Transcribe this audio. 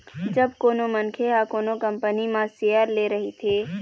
जब कोनो मनखे ह कोनो कंपनी म सेयर ले रहिथे